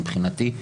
מבחינתי,